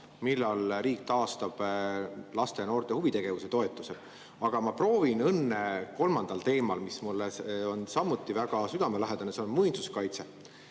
millal riik taastab laste ja noorte huvitegevuse toetuse. Aga ma proovin õnne kolmandal teemal, mis on samuti mulle väga südamelähedane, see on muinsuskaitse.